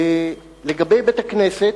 "לגבי בית-הכנסת,